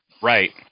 Right